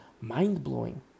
mind-blowing